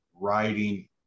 writing